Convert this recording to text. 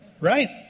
Right